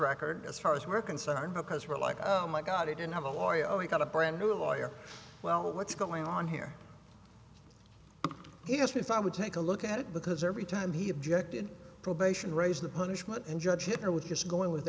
record as far as we're concerned because we're like oh my god it didn't have a lawyer we got a brand new lawyer well what's going on here he asked me if i would take a look at it because every time he objected probation raise the punishment and judge him or with his going with